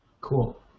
Cool